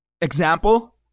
Example